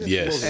Yes